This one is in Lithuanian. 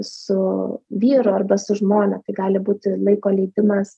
su vyru arba su žmona tai gali būti laiko leidimas